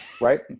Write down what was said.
right